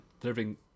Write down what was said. delivering